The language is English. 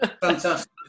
Fantastic